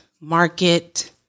market